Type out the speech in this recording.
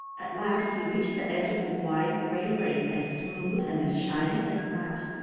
at last he reached the edge of a wide gray lake as smooth and as shining as glass.